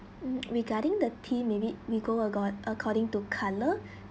mm regarding the tea maybe we go acco~ according to colourd